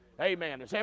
Amen